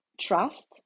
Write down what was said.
trust